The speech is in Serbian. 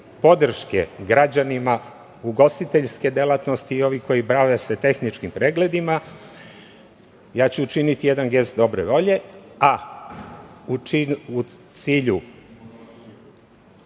podrške građanima, ugostiteljske delatnosti i ovih koji se bave tehničkim pregledima ja ću učiniti jedan gest dobre volje, a u cilju